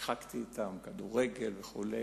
שיחקתי אתם כדורגל וכו'.